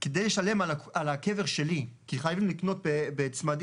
כדי לשלם על הקבר שלי, כי חייבים לקנות בצמדים.